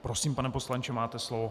Prosím, pane poslanče, máte slovo.